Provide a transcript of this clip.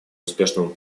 успешному